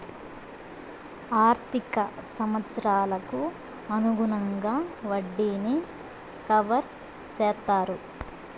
ఆర్థిక సంవత్సరాలకు అనుగుణంగా వడ్డీని కవర్ చేత్తారు